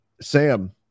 Sam